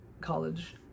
college